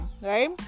right